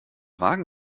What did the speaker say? wagen